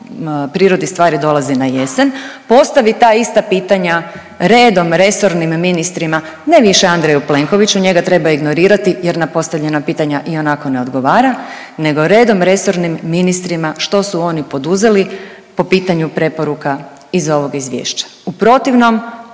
prirodi stvari dolazi na jesen, postavi ta ista pitanja redom resornim ministrima, ne više Andreju Plenkoviću, njega treba ignorirati jer na postavljena pitanja ionako ne odgovarati, nego redom resornim ministrima što su oni poduzeli po pitanju preporuka iz ovog izvješća. U protivnom